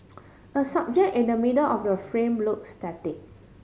a subject in the middle of the frame looks static